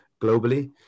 globally